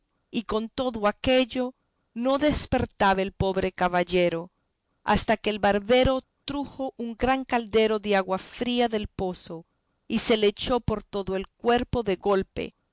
y con todo aquello no despertaba el pobre caballero hasta que el barbero trujo un gran caldero de agua fría del pozo y se le echó por todo el cuerpo de golpe